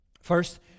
First